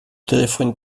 telefone